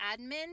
admin